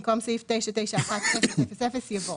במקום סעיף 991000 יבוא: